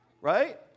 right